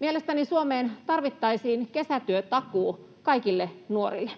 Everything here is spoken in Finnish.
Mielestäni Suomeen tarvittaisiin kesätyötakuu kaikille nuorille.